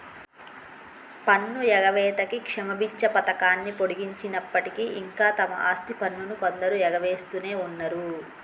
పన్ను ఎగవేతకి క్షమబిచ్చ పథకాన్ని పొడిగించినప్పటికీ ఇంకా తమ ఆస్తి పన్నును కొందరు ఎగవేస్తునే ఉన్నరు